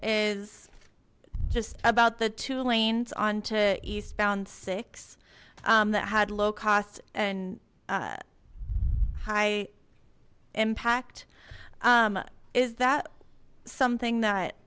is just about the two lanes on to eastbound six that had low cost and high impact is that something that